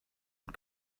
und